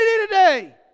today